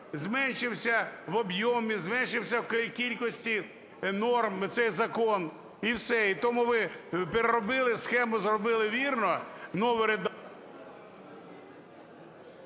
зменшився в об’ємі, зменшився в кількості норм цей закон. І все. І тому ви переробили, схему зробили вірно,